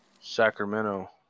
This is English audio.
Sacramento